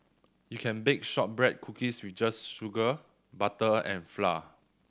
you can bake shortbread cookies with just sugar butter and flour